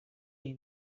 این